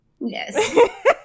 Yes